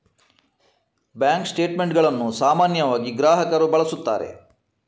bank ಸ್ಟೇಟ್ ಮೆಂಟುಗಳನ್ನು ಸಾಮಾನ್ಯವಾಗಿ ಗ್ರಾಹಕರು ಬಳಸುತ್ತಾರೆ